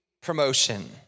promotion